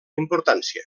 importància